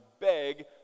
beg